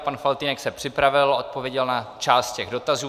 Pan Faltýnek se připravil, odpověděl na část těch dotazů.